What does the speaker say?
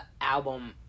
album